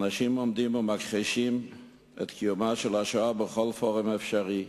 אנשים עומדים ומכחישים את קיומה של השואה בכל פורום אפשרי,